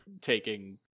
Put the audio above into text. taking